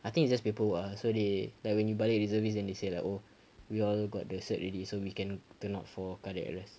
I think it's just paper work ah so they like when you balik reservist then they said like oh we all got the cert already so we can turn out for cardiac arrest